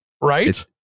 Right